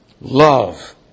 love